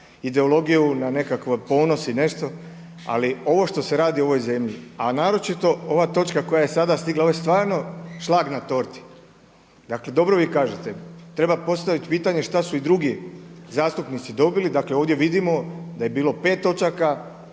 ideologiju, na nekakav ponos i nešto, ali ovo što se radi ovoj zemlji a naročito ova točka koja je sada stigla, ovo je stvarno šlag na torti. Dakle dobro vi kažete treba postaviti pitanje šta su i drugi zastupnici dobili, dakle ovdje vidimo da je bilo 5 točaka